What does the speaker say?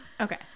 Okay